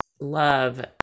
love